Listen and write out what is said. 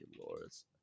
Lords